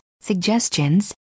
suggestions